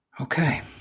Okay